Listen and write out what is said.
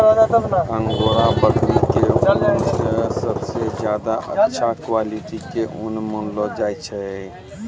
angora बकरी के ऊन कॅ सबसॅ ज्यादा अच्छा क्वालिटी के ऊन मानलो जाय छै